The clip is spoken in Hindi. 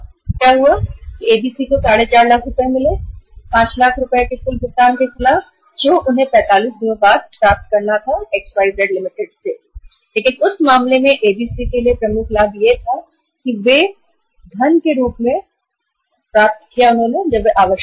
ABC Ltd को 5 लाख रुपए के कुल भुगतान के खिलाफ 45 लाख रुपए मिले जो कि उसे 45 दिनों के बाद XYZ Ltd से मिलने थे लेकिन इस मामले में ABC Ltd को प्रमुख लाभ यह मिला कि उन्हें फंड तब मिला जब उन्हें इसकी आवश्यकता थी